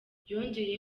yongeye